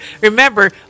Remember